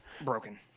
broken